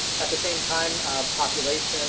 at the same time population